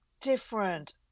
different